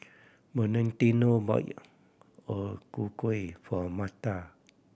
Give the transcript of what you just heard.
Valentino bought O Ku Kueh for Marla